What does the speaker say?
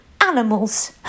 animals